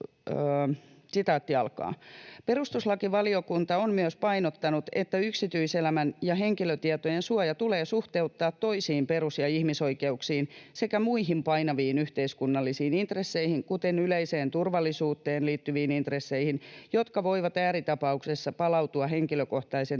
”Perustuslakivaliokunta on myös painottanut, että yksityiselämän ja henkilötietojen suoja tulee suhteuttaa toisiin perus- ja ihmisoikeuksiin sekä muihin painaviin yhteiskunnallisiin intresseihin, kuten yleiseen turvallisuuteen liittyviin intresseihin, jotka voivat ääritapauksessa palautua henkilökohtaisen